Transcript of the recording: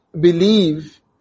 believe